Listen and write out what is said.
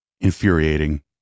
infuriating